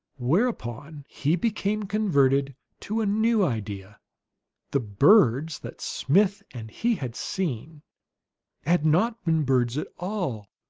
whereupon he became converted to a new idea the birds that smith and he had seen had not been birds at all,